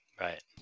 Right